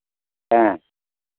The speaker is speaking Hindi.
हाँ